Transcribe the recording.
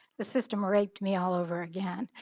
the system raped me all over again,